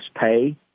pay